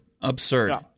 absurd